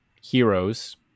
heroes